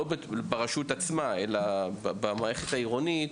לא ברשות עצמה אלא במערכת העירונית,